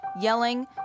yelling